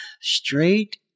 Straight